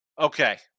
okay